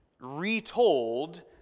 retold